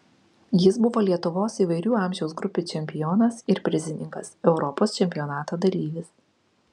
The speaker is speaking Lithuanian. jis buvo lietuvos įvairių amžiaus grupių čempionas ir prizininkas europos čempionato dalyvis